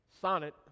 sonnet